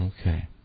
Okay